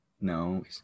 No